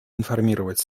информировать